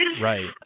Right